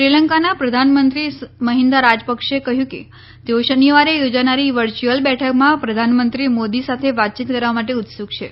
શ્રી લંકાના પ્રધાનમંત્રી મહિન્દા રાજપક્ષે કહ્યું કે તેઓ શનિવારે યોજાનારી વર્યુઅલ બેઠકમાં પ્રધાનમંત્રી મોદી સાથે વાતચીત કરવા માટે ઉત્સુક છે